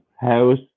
house